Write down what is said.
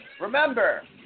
remember